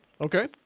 Okay